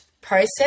process